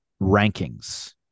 rankings